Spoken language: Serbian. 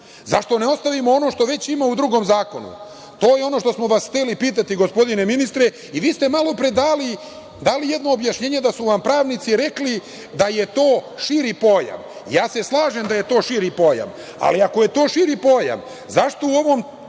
Zašto ne ostavimo ono što već ima u drugom zakonu? To je ono što smo vas hteli pitati gospodine ministre. Vi ste malopre dali jedno objašnjenje da su vam pravnici rekli da je to širi pojam. Slažem se da je to širi pojam, ali ako je to širi pojam zašto u ovom